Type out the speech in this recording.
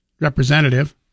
representative